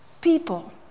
people